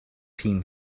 team